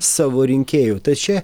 savo rinkėjų tad čia